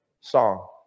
song